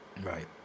right